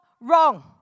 wrong